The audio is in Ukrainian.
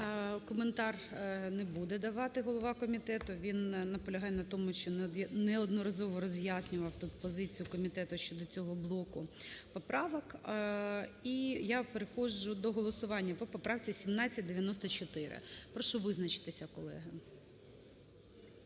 Коментар не буде давати голова комітету, він наполягає на тому, що неодноразово роз'яснював тут позицію комітету щодо цього блоку поправок. І я переходжу до голосування по поправці 1794. Прошу визначитися, колеги.